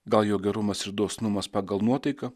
gal jo gerumas ir dosnumas pagal nuotaiką